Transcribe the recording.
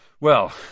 Well